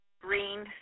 green